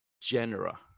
genera